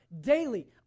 Daily